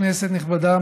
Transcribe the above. כנסת נכבדה,